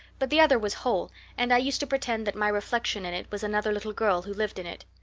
but the other was whole and i used to pretend that my reflection in it was another little girl who lived in it.